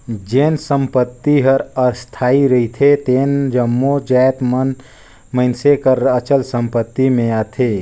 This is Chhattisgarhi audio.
जेन संपत्ति हर अस्थाई रिथे तेन जम्मो जाएत मन मइनसे कर अचल संपत्ति में आथें